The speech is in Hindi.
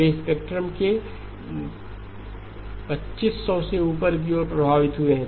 वे स्पेक्ट्रम के 2500 से ऊपर की ओर प्रभावित होते हैं